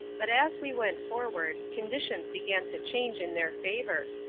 but as we went forward, conditions began to change in their favor.